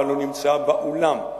אבל הוא נמצא באולם,